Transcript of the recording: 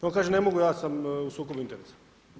On kaže ne mogu, ja sam u sukobu interesa.